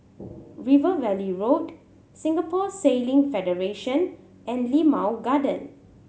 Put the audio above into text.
River Valley Road Singapore Sailing Federation and Limau Garden